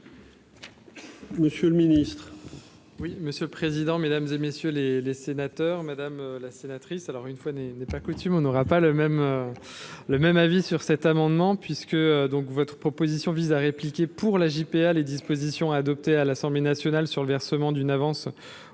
monsieur le ministre,